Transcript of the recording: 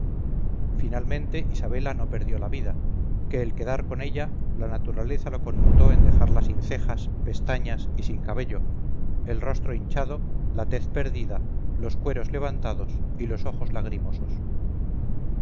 finalmente isabela no perdió la vida que el quedar con ella la naturaleza lo comutó en dejarla sin cejas pestañas y sin cabello el rostro hinchado la tez perdida los cueros levantados y los ojos lagrimosos